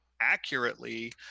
accurately